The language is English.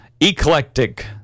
eclectic